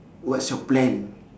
what's your plan